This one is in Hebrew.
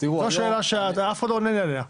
זו שאלה שאך אחד לא עונה לי עליה.